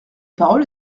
parole